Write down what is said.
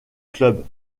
club